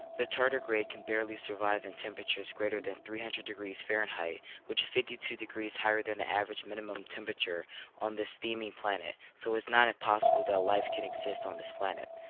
the tardigrade can barely survive in temperatures greater than three hundred degrees fahrenheit which is fifty two degrees higher than the average minimum temperature on this steaming planet, so it's not impossible that life can exist on this planet.